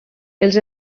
els